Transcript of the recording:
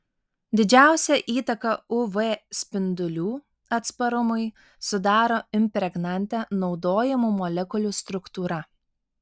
didžiausią įtaką uv spindulių atsparumui sudaro impregnante naudojamų molekulių struktūra